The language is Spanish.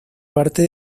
parte